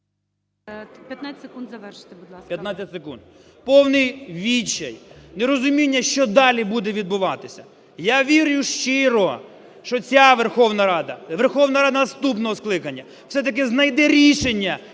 15 секунд завершити, будь ласка.